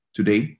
Today